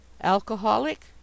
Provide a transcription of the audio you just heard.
Alcoholic